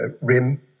rim